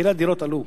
מחירי הדירות עלו.